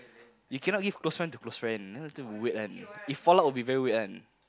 you cannot give close friend to close friend then later will weird one if fall out will be very weird one